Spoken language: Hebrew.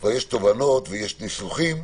כבר יש תובנות ויש ניסוחים.